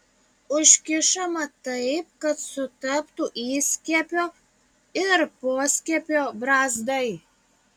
užkišama taip kad sutaptų įskiepio ir poskiepio brazdai